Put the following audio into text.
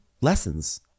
Lessons